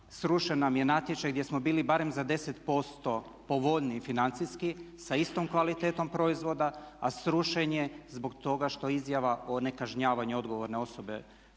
srušena nam je natječaj gdje smo bili barem za 10% povoljniji financijski sa istom kvalitetom proizvoda a srušen je zbog toga što izjava o nekažnjavanju odgovorne osobe